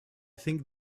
think